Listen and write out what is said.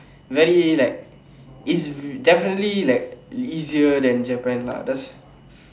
very like is definitely like easier than Japan lah that's